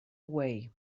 away